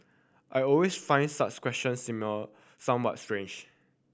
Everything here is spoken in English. I always find such questions same a somewhat strange